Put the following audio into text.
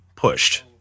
Pushed